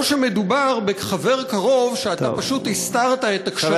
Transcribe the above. שמדובר בחבר קרוב שאתה פשוט הסתרת את הקשרים אתו,